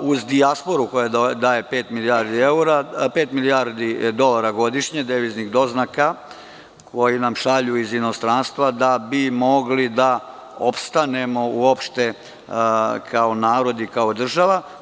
uz dijasporu, koja daje pet milijardi dolara godišnje, deviznih doznaka, koji nam šalju iz inostranstva da bi mogli da opstanemo uopšte kao narod i kao država.